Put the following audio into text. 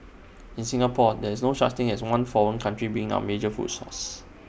in Singapore there is no such thing as one foreign country being our major food source